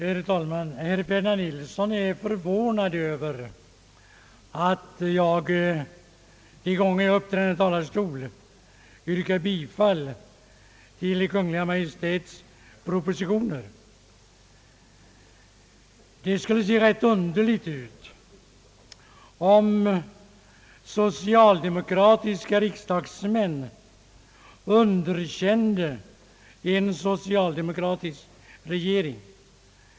Herr talman! Herr Ferdinand Nilsson är förvånad över att jag de gånger jag uppträder i kammarens talarstol yrkar bifall till Kungl. Maj:ts propositioner. Det skulle se rätt underligt ut, om =socialdemokratiska riksdagsmän underkände en socialdemokratisk regering.